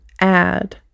add